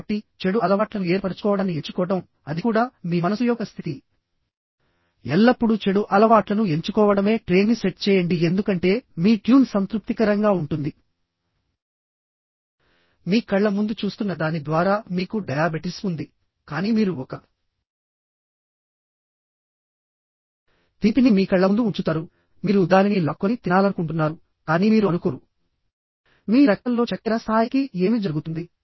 కాబట్టిచెడు అలవాట్లను ఏర్పరచుకోవడాన్ని ఎంచుకోవడంఅది కూడా మీ మనసు యొక్క స్థితి ఎల్లప్పుడూ చెడు అలవాట్లను ఎంచుకోవడమే ట్రేని సెట్ చేయండి ఎందుకంటే మీ ట్యూన్ సంతృప్తికరంగా ఉంటుంది మీ కళ్ళ ముందు చూస్తున్న దాని ద్వారా మీకు డయాబెటిస్ ఉందికానీ మీరు ఒక తీపిని మీ కళ్ళ ముందు ఉంచుతారుమీరు దానిని లాక్కొని తినాలనుకుంటున్నారుకానీ మీరు అనుకోరు మీ రక్తంలో చక్కెర స్థాయికి ఏమి జరుగుతుంది